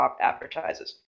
advertises